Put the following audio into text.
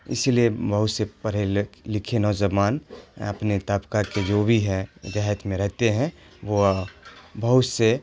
اسی لیے بہت سے پڑھے لکھے نوجوان اپنے طبقہ کے جو بھی ہے دیہات میں رہتے ہیں وہ اور بہت سے